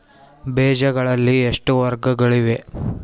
ಬೇಜಗಳಲ್ಲಿ ಎಷ್ಟು ವರ್ಗಗಳಿವೆ?